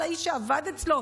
האיש שעבד אצלו,